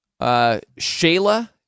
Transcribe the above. Shayla